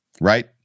Right